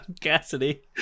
cassidy